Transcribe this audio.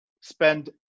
spend